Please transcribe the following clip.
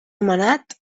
nomenat